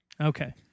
Okay